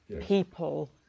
people